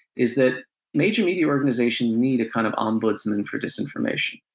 is that major media organizations need a kind of ombudsman for disinformation.